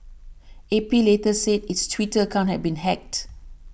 A P later said its Twitter account had been hacked